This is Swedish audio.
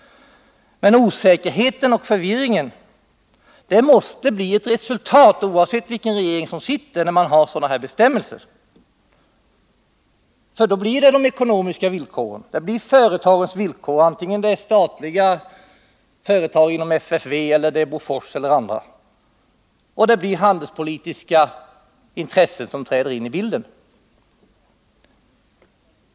Jag vill dock också säga att osäkerhet och förvirring måste bli resultatet, oavsett vilken regering som sitter, med sådana bestämmelser som de som nu gäller. Under sådana förhållanden blir det de ekonomiska villkoren, hänsynen till företagen — antingen det gäller statliga företag, FFV, Bofors eller andra företag — och handelspolitiska intressen som blir vägledande.